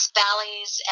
valleys